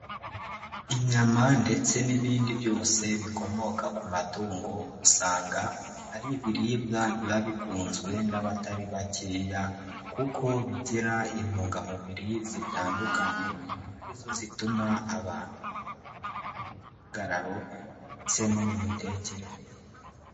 Inyama ndetse n'ibindi byose bikomoka ku matungo usanga ari ibiribwa biba bikunzwe n'abatari bakeya kuko bigira intungamubiri zitandukanye arizo zituma abantu bakura mu gihagararo ndetse no mu mitekerereze.